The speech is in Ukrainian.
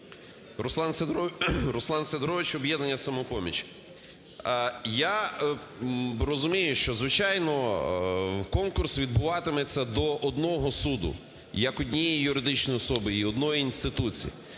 Руслан Сидорович, "Об'єднання "Самопоміч". Я розумію, що, звичайно, конкурс відбуватиметься до одного суду як однієї юридичної особи і одної інституції.